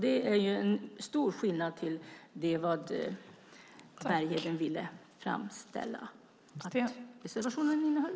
Det är en stor skillnad mot vad Bergheden ville framställa att reservationen innehöll.